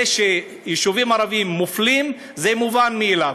זה שיישובים ערביים מופלים זה מובן מאליו,